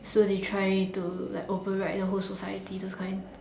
so they try to like override the whole society those kind